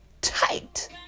tight